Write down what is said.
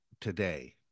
today